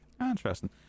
Interesting